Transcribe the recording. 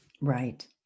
Right